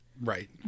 Right